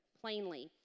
plainly